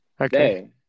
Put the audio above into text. okay